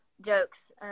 jokes